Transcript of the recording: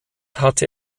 hatte